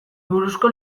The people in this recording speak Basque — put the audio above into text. buruzko